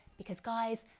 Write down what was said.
because guys,